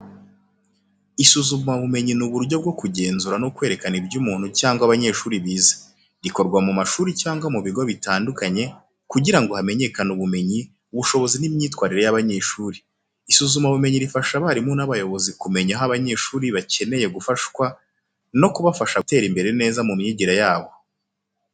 Isuzumabumenyi ni uburyo bwo kugenzura no kwerekana ibyo umuntu cyangwa abanyeshuri bize. Rikorwa mu mashuri cyangwa mu bigo bitandukanye kugira ngo hamenyekane ubumenyi, ubushobozi n’imyitwarire y’abanyeshuri. Isuzumabumenyi rifasha abarimu n’abayobozi kumenya aho abanyeshuri bakeneye gufashwa no kubafasha gutera imbere neza mu myigire yabo.